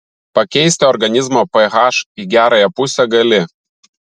pakeisti organizmo ph į gerąją pusę gali